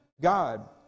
God